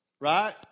right